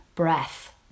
breath